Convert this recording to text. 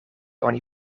oni